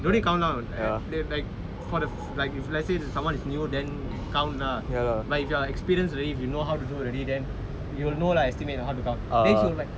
don't need count out or like for like if let's say someone is new then count lah but if you're experience already if you know how to do already then you will know lah estimate the how to count then he'll be like